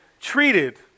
treated